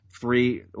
three